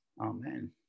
Amen